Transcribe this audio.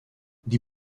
die